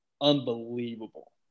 unbelievable